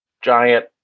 giant